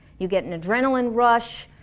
you get an adrenaline rush,